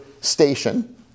station